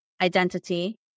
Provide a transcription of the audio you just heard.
identity